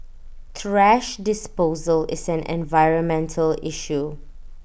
thrash disposal is an environmental issue